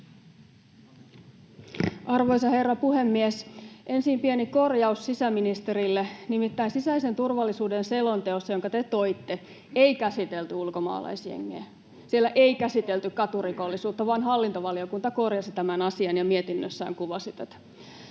Arvoisa herra puhemies! Ensin pieni korjaus sisäministerille. Nimittäin sisäisen turvallisuuden selonteossa, jonka te toitte, ei käsitelty ulkomaalaisjengejä, siellä ei käsitelty katurikollisuutta, vaan hallintovaliokunta korjasi tämän asian ja mietinnössään kuvasi tätä.